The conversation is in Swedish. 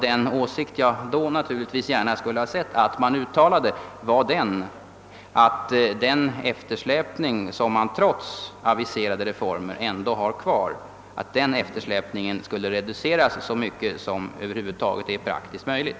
Den åsikt jag då gärna skulle sett uttalad var att den eftersläpning som trots aviserade reformer kommer att bestå skall reduceras så mycket som över huvud taget är praktiskt möjligt.